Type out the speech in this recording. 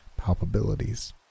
palpabilities